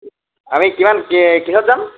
আমি কিমান কিহত যাম